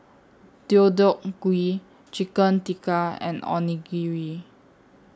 Deodeok Gui Chicken Tikka and Onigiri